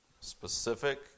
specific